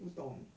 不懂